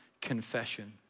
confession